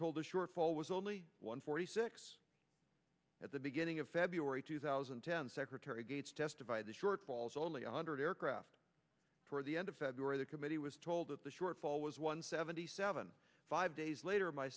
told the shortfall was only one forty six at the beginning of february two thousand and ten secretary gates testified the shortfalls only one hundred aircraft for the end of february the committee was told of the shortfall was one seventy seven five days later my